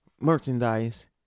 merchandise